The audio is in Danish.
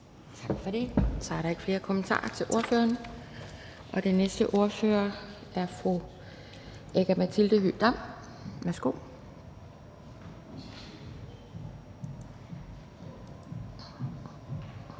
Tak for det. Så er der ikke flere kommentarer til ordføreren. Den næste ordfører er fru Aki-Matilda Høegh-Dam. Værsgo.